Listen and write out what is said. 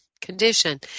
condition